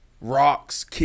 Rocks